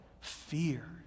fear